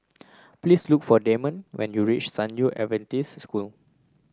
please look for Damond when you reach San Yu Adventist School